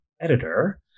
editor